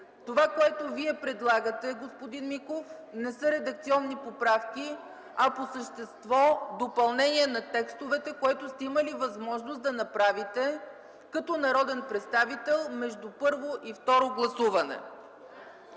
Това, което Вие предлагате, господин Миков, не са редакционни поправки, а по същество са допълнение към текстовете, което сте имали възможност да направите като народен представител между първо и второ гласуване.